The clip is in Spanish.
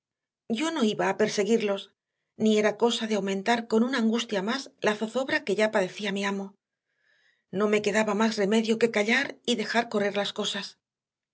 yo no iba a perseguirlos ni era cosa de aumentar con una angustia más la zozobra que ya padecía mi amo no me quedaba más remedio que callar y dejar correr las cosas